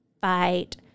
fight